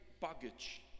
baggage